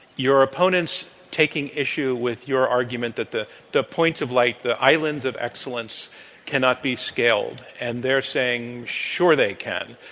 your opponents taking issue with your argument that the the points of light, the islands of excellence cannot be scaled, and they are saying sure they can.